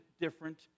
different